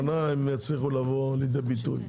שנה הן יבואו לידי ביטוי.